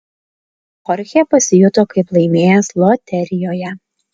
chorchė pasijuto kaip laimėjęs loterijoje